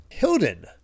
Hilden